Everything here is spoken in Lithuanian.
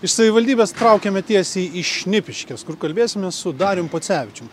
iš savivaldybės traukiame tiesiai į šnipiškes kur kalbėsimės su darium pocevičium